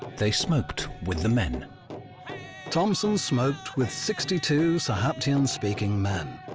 they smoked with the men thompson smoked with sixty two sahaptin speaking men,